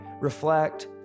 reflect